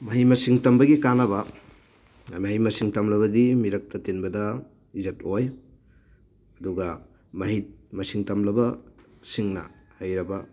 ꯃꯍꯩ ꯃꯁꯤꯡ ꯇꯝꯕꯒꯤ ꯀꯥꯟꯅꯕ ꯃꯍꯩ ꯃꯁꯤꯡ ꯇꯝꯂꯕꯗꯤ ꯃꯤꯔꯛꯇ ꯇꯤꯟꯕꯗ ꯏꯖꯠ ꯑꯣꯏ ꯑꯗꯨꯒ ꯃꯍꯩ ꯃꯁꯤꯡ ꯇꯝꯂꯕꯁꯤꯡꯅ ꯍꯩꯔꯕ